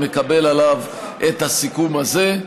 מקבל עליו את הסיכום הזה.